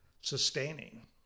sustaining